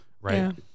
right